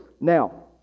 Now